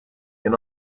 can